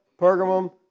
Pergamum